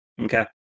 Okay